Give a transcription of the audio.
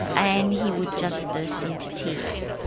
and he would just burst into tears.